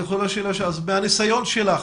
מהניסיון שלך,